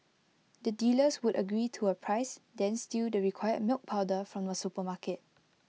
the dealers would agree to A price then steal the required milk powder from A supermarket